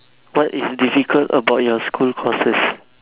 what is difficult about your school courses